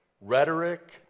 rhetoric